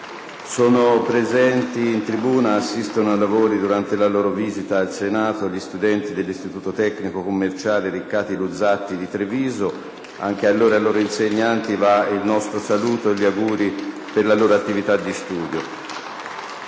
Sono presenti in tribuna e assistono ai lavori durante la loro visita al Senato gli studenti dell'Istituto tecnico commerciale «Riccati-Luzzatti» di Treviso. A loro e ai loro insegnanti va il nostro saluto e gli auguri per la loro attività di studio.